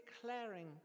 declaring